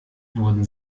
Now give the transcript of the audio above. wurden